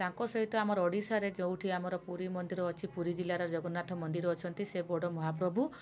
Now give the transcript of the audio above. ତାଙ୍କ ସହିତ ଆମର ଓଡ଼ିଶାରେ ଯେଉଁଠି ଆମର ପୁରୀ ମନ୍ଦିର ଅଛି ପୁରୀ ଜିଲ୍ଲାର ଜଗନ୍ନାଥ ମନ୍ଦିର ଅଛନ୍ତି ସେ ବଡ଼ ମହାପ୍ରଭୁ